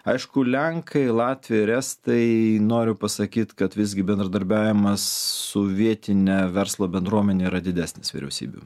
aišku lenkai latviai ir estai noriu pasakyt kad visgi bendradarbiavimas su vietine verslo bendruomene yra didesnis vyriausybių